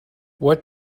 what